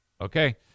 okay